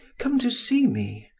come to see me.